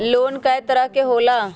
Loan कय तरह के होला?